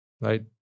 Right